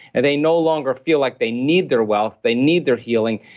and they no longer feel like they need their wealth, they need their healing,